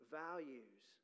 values